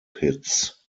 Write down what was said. pits